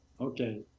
Okay